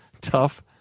tough